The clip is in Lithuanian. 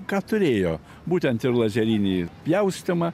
ką turėjo būtent ir lazerinį pjaustymą